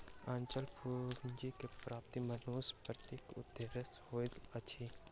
अचल पूंजी के प्राप्ति मनुष्यक पहिल उदेश्य होइत अछि